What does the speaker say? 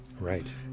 Right